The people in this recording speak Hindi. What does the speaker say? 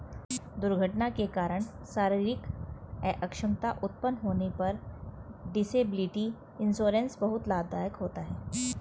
दुर्घटना के कारण शारीरिक अक्षमता उत्पन्न होने पर डिसेबिलिटी इंश्योरेंस बहुत लाभदायक होता है